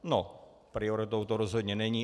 No, prioritou to rozhodně není.